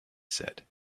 said